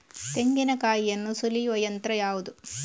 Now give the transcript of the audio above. ತೆಂಗಿನಕಾಯಿಯನ್ನು ಸುಲಿಯುವ ಯಂತ್ರ ಯಾವುದು?